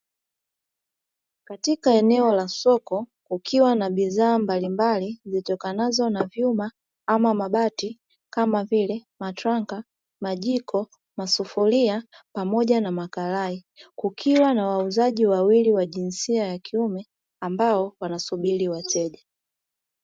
Katika eneo la soko kukiwa na bidhaa mbalimbali zitokanazo na vyuma ama mabati kama vile: matranka, majiko, masufuria pamoja na makarai; kukiwa na wauzaji wawili wa jinsia ya kiume ambao wanasubiri wateja.